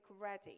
ready